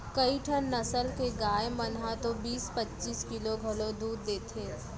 कइठन नसल के गाय मन ह तो बीस पच्चीस किलो घलौ दूद देथे